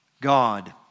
God